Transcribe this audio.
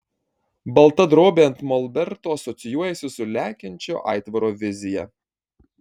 balta drobė ant molberto asocijuojasi su lekiančio aitvaro vizija